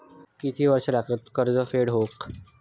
किती वर्षे लागतली कर्ज फेड होऊक?